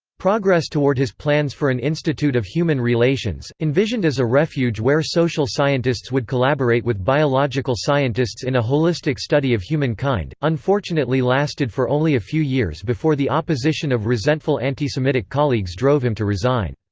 progress toward his plans for an institute of human relations, envisioned as a refuge where social scientists would collaborate with biological scientists in a holistic study of humankind, unfortunately lasted for only a few years before the opposition of resentful anti-semitic colleagues drove him to resign.